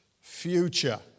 future